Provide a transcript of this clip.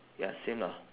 ya same lah